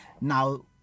Now